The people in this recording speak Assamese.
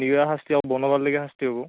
শাস্তি হ'ব বনমল্লিকা শাস্তি হ'ব